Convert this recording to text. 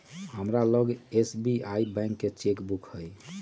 हमरा लग SBI bank के चेक बुक हइ